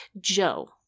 Joe